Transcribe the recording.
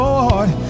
Lord